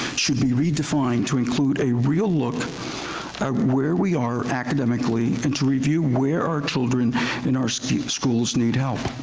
should be redefined to include a real look at where we are academically and to review where our children in our so schools need help.